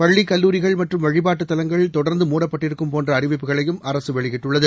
பள்ளி கல்லூரிகள் மற்றும் வழிபாட்டுத்தலங்கள் தொடர்ந்து மூடப்பட்டிருக்கும் போன்ற அறிவிப்புகளையும் அரசு வெளியிட்டுள்ளது